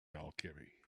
alchemy